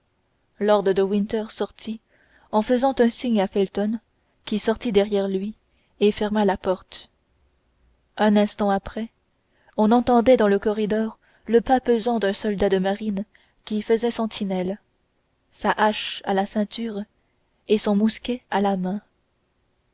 de winter sortit en faisant un geste à felton qui sortit derrière lui et ferma la porte un instant après on entendait dans le corridor le pas pesant d'un soldat de marine qui faisait sentinelle sa hache à la ceinture et son mousquet à la main